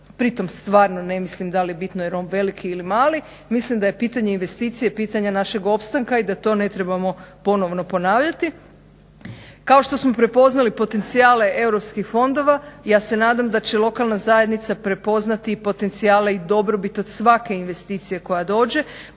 pri tom stvarno ne mislim da li je bitno jel on veliki ili mali, mislim da je pitanje investicije pitanje našeg opstanka i da to ne trebamo ponovo ponavljati. Kao što smo prepoznali potencijale europskih fondova, ja se nadam da će lokalna zajednica prepoznati potencijale i dobrobit od svake investicije koja dođe